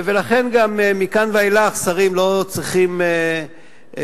ולכן גם מכאן ואילך שרים לא צריכים לרמוז,